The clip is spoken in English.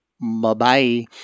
bye-bye